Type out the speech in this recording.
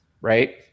Right